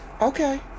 Okay